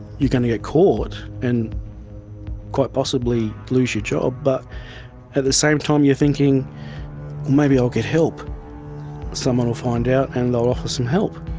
you're gonna get caught and quite possibly lose your job. but at the same time you're thinking maybe i'll get help someone will find out and they'll offer some help.